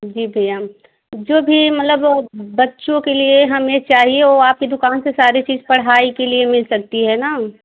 जी भैया जो भी मतलब बच्चों के लिए हमें चाहिए वह आपकी दुकान से सारी चीज पढ़ाई के लिए मिल सकती है ना